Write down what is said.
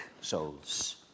souls